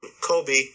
Kobe